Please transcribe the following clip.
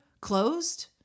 closed